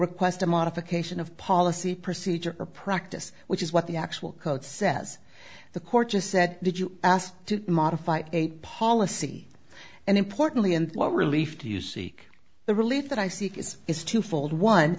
request a modification of policy procedure or practice which is what the actual code says the court just said did you ask to modify a policy and importantly in what relief do you seek the relief that i seek is is twofold one